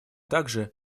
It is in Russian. также